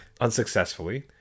unsuccessfully